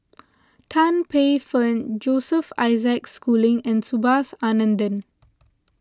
Tan Paey Fern Joseph Isaac Schooling and Subhas Anandan